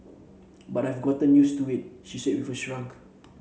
but I've got used to it she said with a shrug